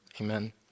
Amen